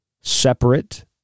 separate